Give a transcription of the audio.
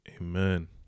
Amen